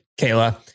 Kayla